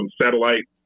satellite